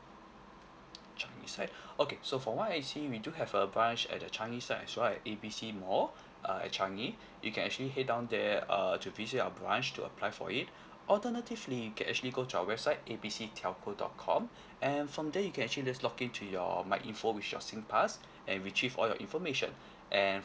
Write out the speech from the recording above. changi side okay so from what I see we do have a branch at the changi side as well at A B C mall uh at changi you can actually head down there err to visit our branch to apply for it alternatively you can actually go to our website A B C telco dot com and from there you can actually just login to your my info with your singpass and retrieve all your information and